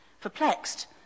Perplexed